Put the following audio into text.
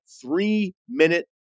three-minute